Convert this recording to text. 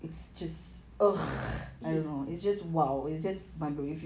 mmhmm